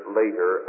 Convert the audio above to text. later